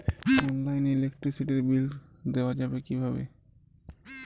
অনলাইনে ইলেকট্রিসিটির বিল দেওয়া যাবে কিভাবে?